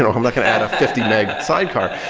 to um like and add a fifty meg sidecar.